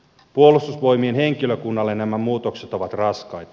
puolustusvoimien henkilökunnalle nämä muutokset ovat raskaita